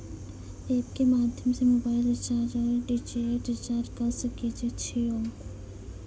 App के माध्यम से मोबाइल रिचार्ज ओर डी.टी.एच रिचार्ज करऽ सके छी यो?